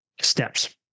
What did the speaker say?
steps